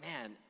man